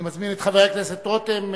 אני מזמין את חבר הכנסת דוד רותם.